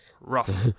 Rough